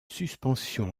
suspension